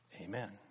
amen